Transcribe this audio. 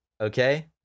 Okay